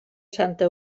santa